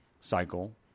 cycle